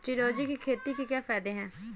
चिरौंजी की खेती के क्या फायदे हैं?